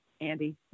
Andy